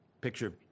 Picture